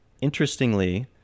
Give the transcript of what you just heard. Interestingly